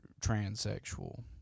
transsexual